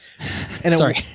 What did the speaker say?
Sorry